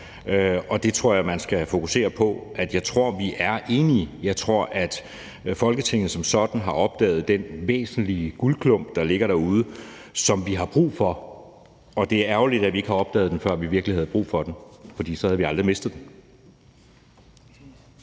og det tror jeg man skal fokusere på. Jeg tror, vi er enige. Jeg tror, at Folketinget som sådan har opdaget den væsentlige guldklump, der ligger derude, som vi har brug for. Og det er ærgerligt, at vi ikke har opdaget den, før vi virkelig havde brug for den, for så havde vi aldrig mistet den.